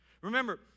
Remember